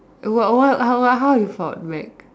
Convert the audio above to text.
what what how how you fought back